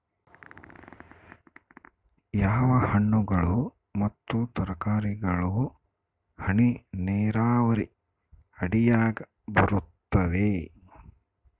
ಯಾವ ಹಣ್ಣುಗಳು ಮತ್ತು ತರಕಾರಿಗಳು ಹನಿ ನೇರಾವರಿ ಅಡಿಯಾಗ ಬರುತ್ತವೆ?